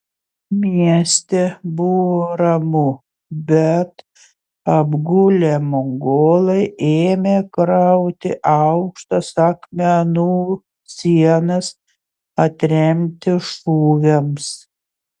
mieste buvo ramu bet apgulę mongolai ėmė krauti aukštas akmenų sienas atremti šūviams